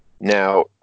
Now